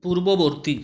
পূর্ববর্তী